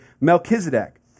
Melchizedek